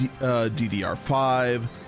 DDR5